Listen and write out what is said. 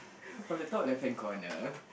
on the top left hand corner